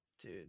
Dude